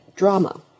drama